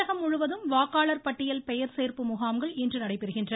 தமிழகம் முழுவதும் வாக்காளர் பட்டியல் பெயர் சேர்ப்பு முகாம்கள் இன்று நடைபெறுகின்றன